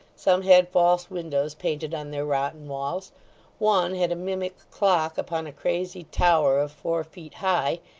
some had false windows painted on their rotten walls one had a mimic clock, upon a crazy tower of four feet high,